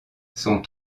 sont